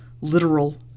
literal